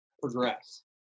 progress